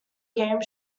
game